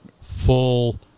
full